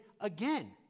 again